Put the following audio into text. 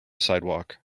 sidewalk